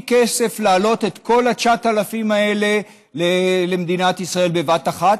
כסף להעלות את כל ה-9,000 האלה למדינת ישראל בבת אחת